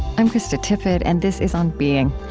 i'm krista tippett and this is on being.